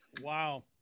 Wow